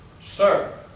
Sir